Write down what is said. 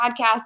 podcast